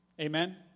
Amen